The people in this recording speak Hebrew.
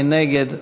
מי נגד?